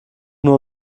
nur